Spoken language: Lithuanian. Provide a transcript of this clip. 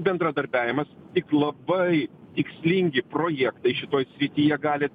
bendradarbiavimas tik labai tikslingi projektai šitoj srityje galit